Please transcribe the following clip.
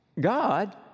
God